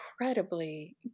incredibly